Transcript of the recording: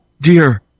Dear